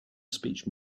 speech